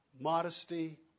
Modesty